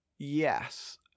yes